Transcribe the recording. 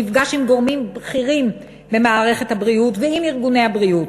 נפגש עם גורמים בכירים במערכת הבריאות ועם ארגוני הבריאות.